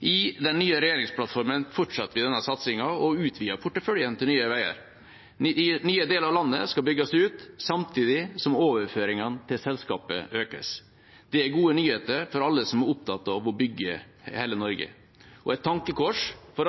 I den nye regjeringsplattformen fortsetter vi denne satsingen og utvider porteføljen til Nye Veier. Nye deler av landet skal bygges ut, samtidig som overføringene til selskapet økes. Det er gode nyheter for alle som er opptatt av å bygge hele Norge, og et tankekors for